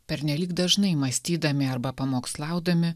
pernelyg dažnai mąstydami arba pamokslaudami